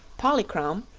polychrome,